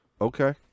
okay